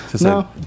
no